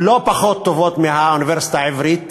לא פחות טובות מהאוניברסיטה העברית,